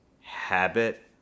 habit